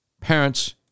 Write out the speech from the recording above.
Parents